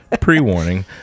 Pre-warning